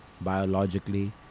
biologically